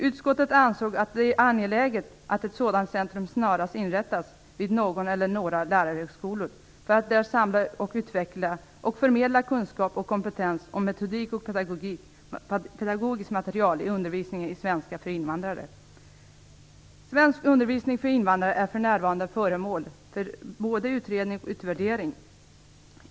Utskottet ansåg att det är angeläget att ett sådant centrum snarast inrättas vid någon eller några lärarhögskolor för att där samla, utveckla och förmedla kunskap och kompetens, metodik och pedagogiskt material i undervisningen i svenska för invandrare. Svenskundervisning för invandrare är för närvarande föremål för både utredning och utvärdering.